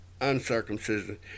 uncircumcision